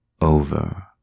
over